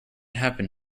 happen